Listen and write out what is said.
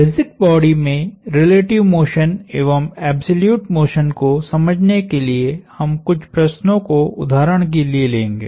rigid body में relative motion एवं absolute motion को समझने के लिए हम कुछ प्रश्नो को उदहारण के लिए लेंगे